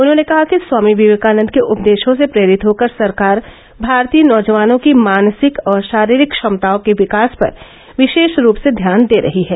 उन्होंने कहा कि स्वामी विवेकानंद के उपदेशों से प्रेरित होकर सरकार भारतीय नौजवानों की मानसिक और शारीरिक क्षमताओं के विकास पर विशेष रूप से ध्यान दे रही है